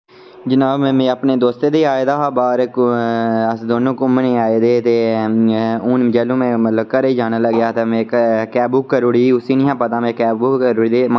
जनाब मैं मैं अपने दोस्तें दे आए दा हा बाह्र अस दोनों घूमने ही आए दे हे ते हून जदूं मै मतलब घरै जान लग्गेआ ते मैं कैब बुक करी ओड़ी ही उसी नि हां पता में कैब बुक करी ओड़ी दी मगर